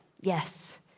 Yes